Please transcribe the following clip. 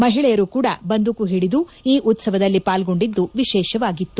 ಮಹಿಳೆಯರು ಕೂಡ ಬಂದೂಕು ಹಿಡಿದು ಈ ಉತ್ಸವದಲ್ಲಿ ಪಾಲ್ಗೊಂಡಿದ್ದು ವಿಶೇಷವಾಗಿತ್ತು